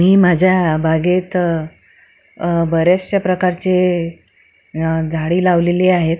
मी माझ्या बागेत बऱ्याचशा प्रकारचे झाडी लावलेली आहेत